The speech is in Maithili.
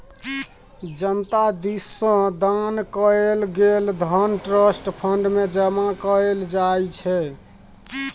जनता दिस सँ दान कएल गेल धन ट्रस्ट फंड मे जमा कएल जाइ छै